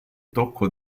tocco